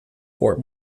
fort